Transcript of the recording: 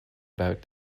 about